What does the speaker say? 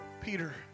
Peter